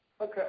okay